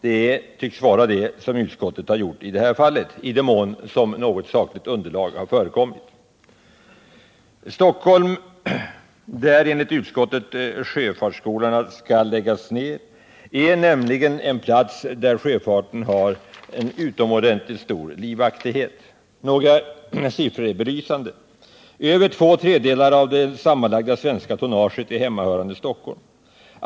Det tycks vara detta utskottet gjort i det här fallet, i den mån något sakligt underlag har förekommit. Stockholm, där enligt utskottet sjöbefälsskolan skall läggas ned, är en plats där sjöfarten har en utomordentligt stor livaktighet. Några siffror är belysande. Över två tredjedelar av det sammanlagda svenska tonnaget är hemmahörande i Stockholm.